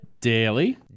Daily